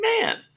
man –